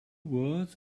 words